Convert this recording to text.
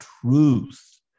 truth